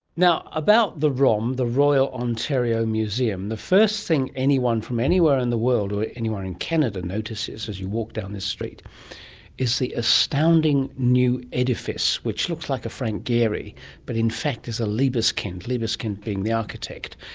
now, about the rom, the royal ontario museum, the first thing anyone from anywhere in the world or anyone in canada notices as you walk down this street is the astounding new edifice which looks like a frank gehry but in fact is a libeskind, libeskind being the architect.